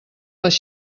les